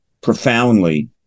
profoundly